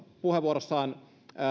puheenvuorossaan